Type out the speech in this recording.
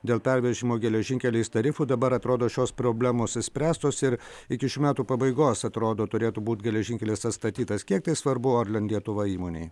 dėl pervežimo geležinkeliais tarifų dabar atrodo šios problemos išspręstos ir iki šių metų pabaigos atrodo turėtų būt geležinkelis atstatytas kiek tai svarbu orlen lietuva įmonei